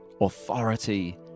authority